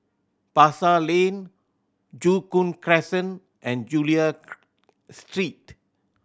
Pasar Lane Joo Koon Crescent and Chulia Street